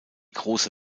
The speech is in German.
große